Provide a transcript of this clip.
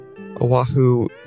Oahu